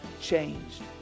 changed